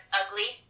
ugly